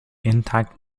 intact